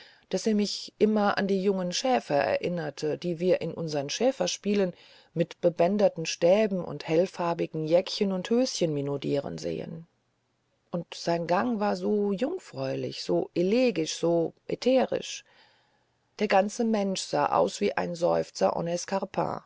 daß er mich immer an die jungen schäfer erinnerte die wir in unseren schäferspielen mit bebänderten stäben und hellfarbigen jäckchen und höschen minaudieren sehen und sein gang war so jungfräulich so elegisch so ätherisch der ganze mensch sah aus wie ein seufzer